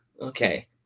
Okay